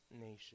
nation